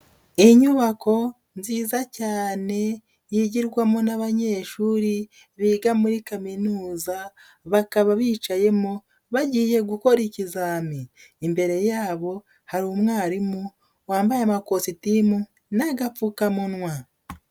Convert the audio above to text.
Inyubako nziza cyane yigirwamo n'abanyeshuri biga muri kaminuza bakaba bicayemo bagiye gukora ikizami, imbere yabo hari umwarimu wambaye amakositimu n'agapfukamunwa.